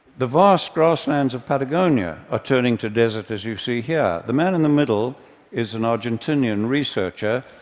the vast grasslands of patagonia are turning to desert as you see here. the man in the middle is an argentinian researcher,